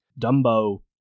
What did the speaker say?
Dumbo